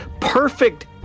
perfect